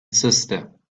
sister